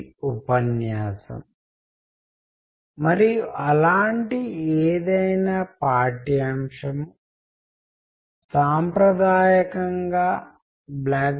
దయచేసి చర్చా ఫోరమ్ను మళ్లీ మళ్లీ చూడండి ఎందుకంటే అక్కడే వివిధ కార్యకలాపాలు క్విజ్లు సర్వేలు పరస్పర చర్యలు జరుగుతాయి